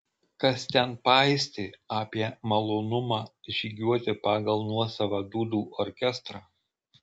kas ten paistė apie malonumą žygiuoti pagal nuosavą dūdų orkestrą